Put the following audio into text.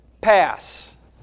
Pass